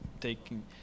taking